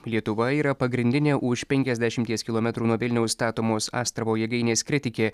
lietuva yra pagrindinė už penkiasdešimties kilometrų nuo vilniaus statomos astravo jėgainės kritikė